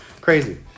Crazy